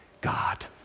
God